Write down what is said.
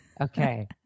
Okay